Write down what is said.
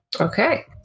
Okay